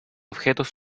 objetos